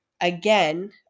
again